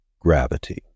gravity